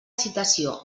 citació